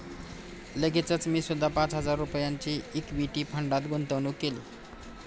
लगेचच मी सुद्धा पाच हजार रुपयांची इक्विटी फंडात गुंतवणूक केली